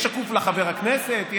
תהיה שקופה לחבר הכנסת,